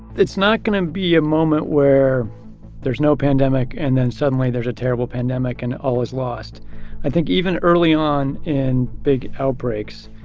it's not going to be a moment where there's no pandemic and then suddenly there's a terrible pandemic and all is lost i think even early on in big outbreaks,